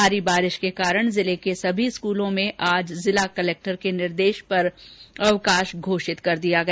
भारी वर्षा के कारण जिले के सभी स्कूलों में आज जिला कलेक्टर के निर्देश पर अवकाश घोषित कर दिया गया